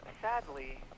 sadly